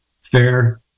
fair